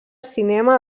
cinema